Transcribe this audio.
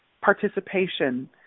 participation